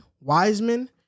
Wiseman